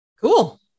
Cool